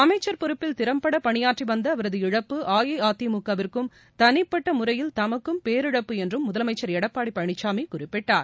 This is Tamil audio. அமைச்சர் பொறுப்பில் திறம்பட பணியாற்றி வந்த அவரது இழப்பு அ இ அ தி மு க விற்கும் தனிப்பட்ட முறையில் தமக்கும் பேரிழப்பு என்றும் முதலமைச்சர் எடப்பாடி பழனிசாமி குறிப்பிட்டார்